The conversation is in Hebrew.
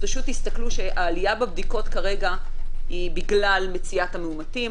תסתכלו שהעלייה בבדיקות כרגע היא בגלל מציאת המאומתים.